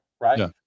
right